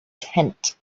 tent